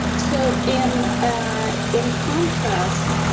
so, in in contrast,